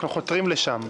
(היו"ר שלמה קרעי) אנחנו חותרים לשם.